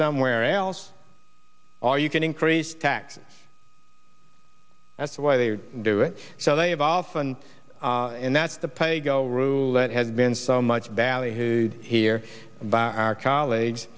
somewhere else or you can increase taxes that's why they do it so they have often and that's the pay go rule that has been so much ballyhooed here by our college